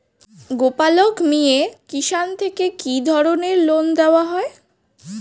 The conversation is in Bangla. গোপালক মিয়ে কিষান থেকে কি ধরনের লোন দেওয়া হয়?